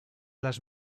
las